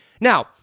Now